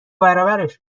برابرش